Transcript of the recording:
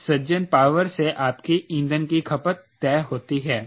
इस सज्जन पावर से आपकी ईंधन की खपत तय होती है